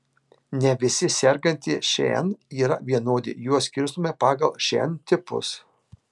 ne visi sergantieji šn yra vienodi juos skirstome pagal šn tipus